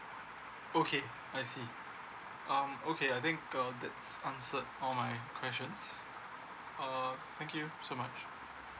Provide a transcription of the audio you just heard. okay I see um okay I think uh that's answered all my questions uh thank you so much